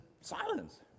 silence